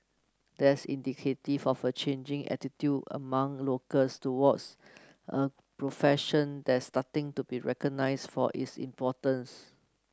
that's indicative of a changing attitude among locals towards a profession that's starting to be recognized for its importance